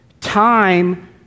Time